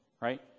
right